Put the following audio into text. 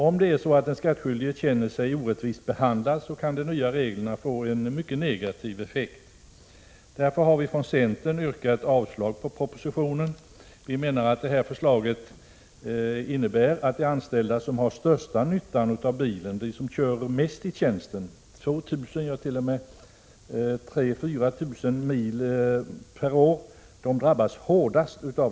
Om den skattskyldige känner sig orättvist behandlad, kan de nya reglerna få en mycket negativ effekt. Därför har vi från centern yrkat avslag på propositionen. Förslaget innebär nämligen att de anställda som har största nyttan av bilen, dvs. de som i tjänsten kör 2 000-3 000 mil, ja kanske 4 000 mil, per år, drabbas hårdast.